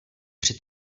při